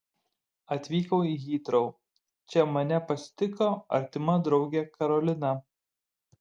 atvykau į hitrou čia mane pasitiko artima draugė karolina